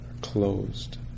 closed